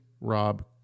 Rob